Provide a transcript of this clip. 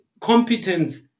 competence